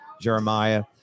Jeremiah